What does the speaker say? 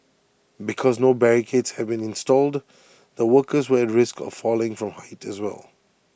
because no barricades had been installed the workers were at risk of falling from height as well